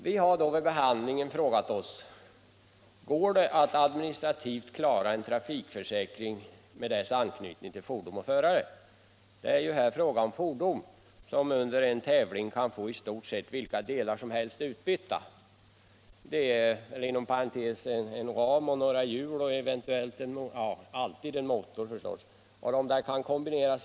Vi har även frågat oss: Går det att administrativt klara en sådan här trafikförsäkring med dess anknytning till fordon och förare? Det är ju fråga om fordon som under en tävling kan få i stort sett vilka delar som helst utbytta. Inom parentes sagt är det en ram och några hjul samt naturligtvis alltid en motor som kan kombineras.